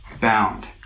bound